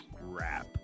wrap